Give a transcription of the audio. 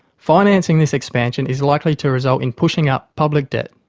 financing this expansion is likely to result in pushing up public debt.